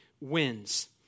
wins